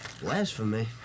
Blasphemy